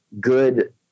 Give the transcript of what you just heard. good